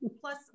plus